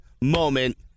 moment